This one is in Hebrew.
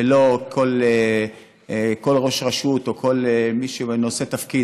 ולא כל ראש רשות או כל מי שהוא נושא תפקיד